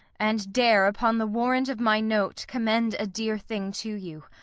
and dare upon the warrant of my note commend a dear thing to you.